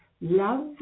love